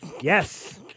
Yes